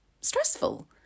stressful